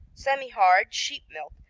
semihard, sheep milk,